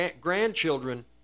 grandchildren